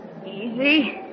Easy